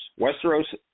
Westeros